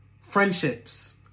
friendships